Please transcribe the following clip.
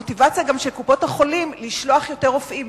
המוטיבציה של קופות-החולים לשלוח יותר רופאים